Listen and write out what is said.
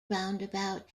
roundabout